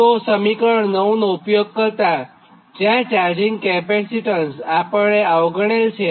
તો સમીકરણ 9 નો ઊપયોગ કરતાં જ્યાં ચાર્જિંગ કેપેસિટન્સ આપણે અવગણેલ છે